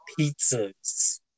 Pizzas